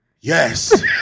Yes